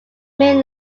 main